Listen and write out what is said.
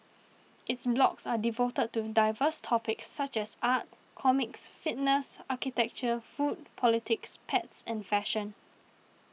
its blogs are devoted to diverse topics such as art comics fitness architecture food politics pets and fashion